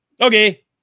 Okay